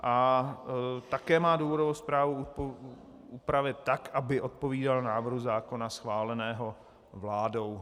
A také má důvodovou zprávu upravit tak, aby odpovídala návrhu zákona schváleného vládou.